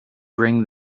bring